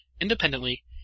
independently